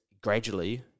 gradually